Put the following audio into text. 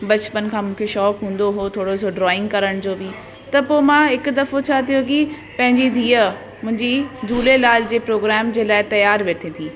बचपन खां मूंखे शौक़ु हूंदो हो थोरो सो ड्रॉइंग करण जो बि त पोइ मां हिकु दफ़ो छा थियो कि पंहिंजी धीअ मुंहिंजी झूलेलाल जे प्रोग्रेम जे लाइ तयारु वेथे थी